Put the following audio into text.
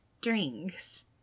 drinks